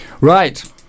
Right